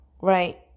right